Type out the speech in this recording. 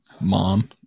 mom